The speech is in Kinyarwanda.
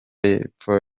y’epfo